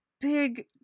big